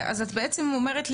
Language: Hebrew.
את בעצם אומרת,